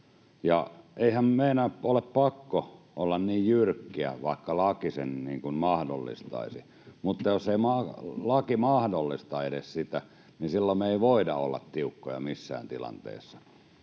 Eihän meidän ole pakko olla niin jyrkkiä, vaikka laki sen mahdollistaisi. Mutta jos ei laki mahdollista edes sitä, niin silloin me ei voida olla tiukkoja missään tilanteessa.